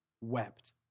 wept